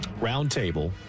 Roundtable